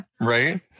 Right